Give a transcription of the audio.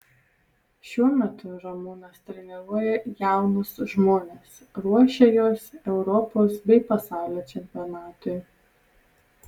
šiuo metu ramūnas treniruoja jaunus žmones ruošia juos europos bei pasaulio čempionatui